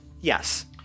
Yes